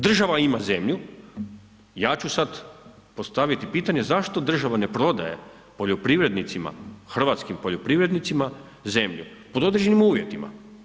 Država ima zemlju, ja ću sad postaviti pitanje, zašto država ne prodaje poljoprivrednicima, hrvatskim poljoprivrednicima zemlju pod određenim uvjetima.